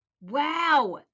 Wow